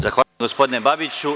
Zahvaljujem, gospodine Babiću.